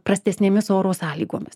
prastesnėmis oro sąlygomis